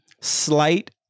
slight